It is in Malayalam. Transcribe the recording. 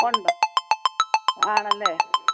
ഉണ്ടോ ആണല്ലേ